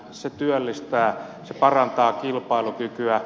se työllistää se parantaa kilpailukykyä